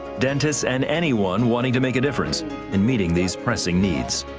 dentists and anyone wanting to make a difference in meeting these pressing needs.